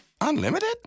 Unlimited